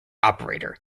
operator